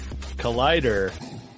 Collider